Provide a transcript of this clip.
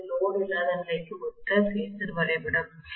இது லோடு இல்லாத நிலைக்கு ஒத்த பேஸர் வரைபடம்